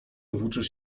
włóczysz